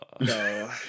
no